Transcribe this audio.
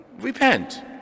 Repent